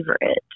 favorite